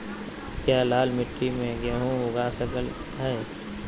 क्या लाल मिट्टी में गेंहु उगा स्केट है?